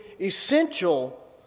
essential